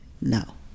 now